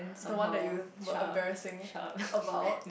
the one that you embarrassing about